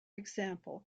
example